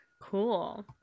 Cool